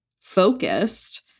focused